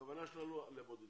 הכוונה שלנו היא לבודדים.